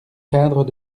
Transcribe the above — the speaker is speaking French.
cadres